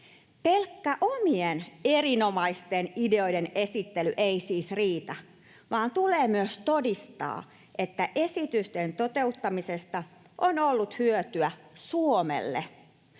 Pelkkä omien erinomaisten ideoiden esittely ei siis riitä, vaan tulee myös todistaa, että esitysten toteuttamisesta on ollut hyötyä Suomelle.